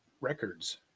records